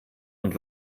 und